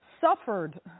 suffered